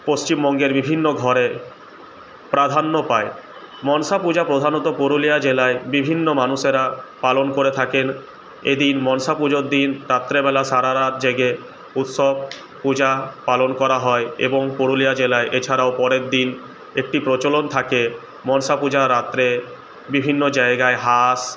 পশ্চিমবঙ্গের বিভিন্ন ঘরে প্রাধান্য পায় মনসাপূজা প্রধানত পুরুলিয়া জেলায় বিভিন্ন মানুষেরা পালন করে থাকেন এদিন মনসা পুজোর দিন রাত্রেবেলা সারারাত জেগে উৎসব পূজা পালন করা হয় এবং পুরুলিয়া জেলায় এছাড়াও পরের দিন একটি প্রচলন থাকে মনসা পূজার রাত্রে বিভিন্ন জায়গায় হাঁস